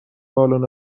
بالن